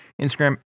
Instagram